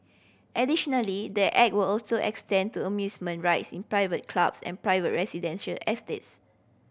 additionally the Act will also extend to amusement rides in private clubs and private residential estates